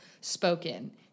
spoken